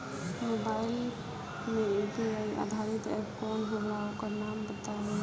Mobile म UPI आधारित app कौन होला ओकर नाम बताईं?